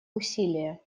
усилия